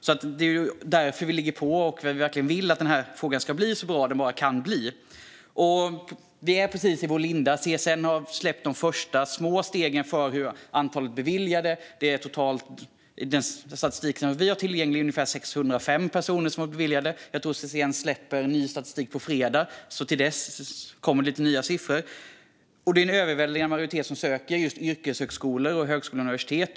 Det är därför vi ligger på och verkligen vill att frågan ska bli så bra den bara kan bli. Detta är ännu i sin linda. CSN har släppt uppgifter om de första små stegen. Enligt den statistik som vi har tillgänglig är det totalt ungefär 605 personer som beviljats stöd. Jag tror att CSN släpper ny statistik på fredag, så det kommer lite nya siffror. En överväldigande majoritet söker till yrkeshögskolor, högskolor och universitet.